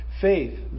faith